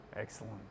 Excellent